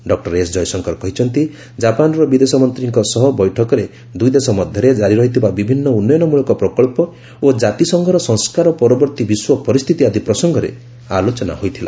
doctor S Jaishankar କହିଛନ୍ତି ଜାପାନର ବିଦେଶ ମନ୍ତ୍ରୀଙ୍କ ସହ ବୈଠକରେ ଦୁଇଦେଶ ମଧ୍ୟରେ ଜାରି ରହିଥିବା ବିଭିନ୍ନ ଉନ୍ନୟନମୂଳକ ପ୍ରକଳ୍ପ ଓ ଜାତିସଂଘର ସଂସ୍କାର ପରବର୍ତ୍ତୀ ବିଶ୍ୱ ପରିସ୍ଥିତି ଆଦି ପ୍ରସଙ୍ଗରେ ଆଲୋଚନା ହୋଇଥିଲା